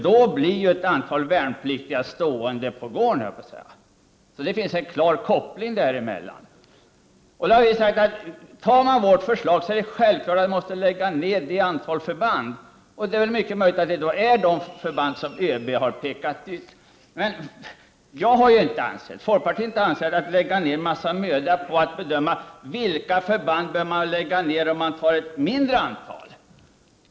Då blir ju ett antal värnpliktiga så att säga stående på gården. Det finns alltså en klar koppling däremellan. Om vårt förslag antas måste självfallet ett antal förband läggas ned. Det är möjligt att det blir de förband som ÖB har pekat ut. Folkpartiet anser inte att en massa möda skall läggas ned på att bedöma vilka förband som bör läggas ned om det blir ett mindre antal.